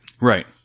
Right